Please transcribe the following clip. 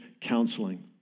counseling